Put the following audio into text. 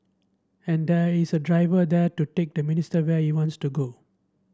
and there is a driver there to take the minister where he wants to go